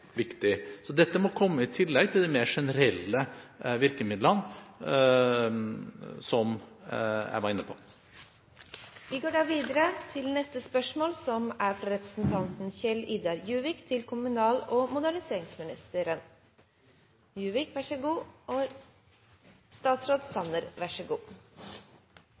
Så dette må komme i tillegg til de mer generelle virkemidlene som jeg var inne på. Vi går da tilbake til spørsmål